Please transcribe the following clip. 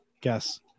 Guess